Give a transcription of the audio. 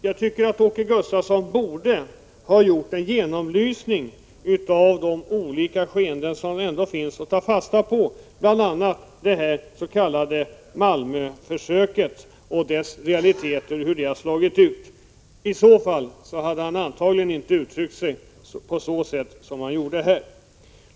Jag tycker att Åke Gustavsson borde ha gjort en genomlysning av de olika skeenden som man ändå kan ta fasta på, bl.a. det s.k. Malmöförsöket och hur det har slagit ut. I så fall hade han antagligen inte uttryckt sig så som han gjorde här.